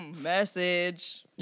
Message